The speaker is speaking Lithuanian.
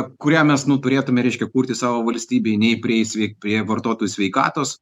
kurią mes nu turėtume reiškia kurti savo valstybei nei prie svei prie vartotojų sveikatos